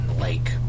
lake